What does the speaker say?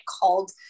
called